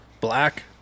black